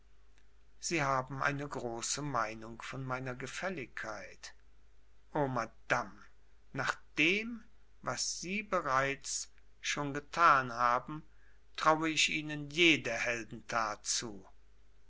sie haben eine große meinung von meiner gefälligkeit o madame nach dem was sie bereits schon getan haben traue ich ihnen jede heldentat zu